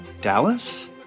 Dallas